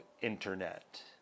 internet